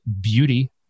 beauty